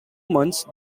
months